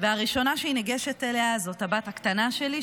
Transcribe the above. הראשונה שהיא ניגשת אליה זאת הבת הקטנה שלי,